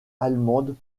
allemandes